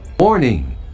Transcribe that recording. Warning